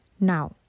Now